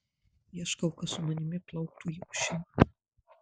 ieškau kas su manimi plauktų į ošimą